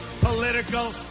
political